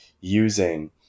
using